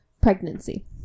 pregnancy